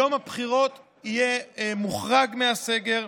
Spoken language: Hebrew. יום הבחירות יהיה מוחרג מהסגר.